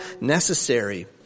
necessary